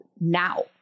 now